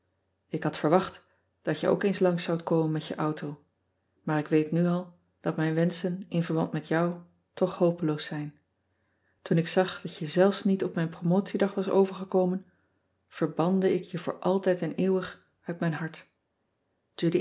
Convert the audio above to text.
k had verwacht dat je ook eens langs zoudt komen met je auto maar ik weet nu al dat mijn wenschen in verband met jou toch hopeloos zijn oen ik zag dat je zelfs niet op mijn promotiedag was overgekomen verbande ik je voor altijd en eeuwig uit mijn hart